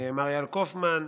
מר איל קופמן,